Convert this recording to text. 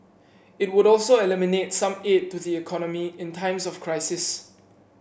it would also eliminate some aid to the economy in times of crisis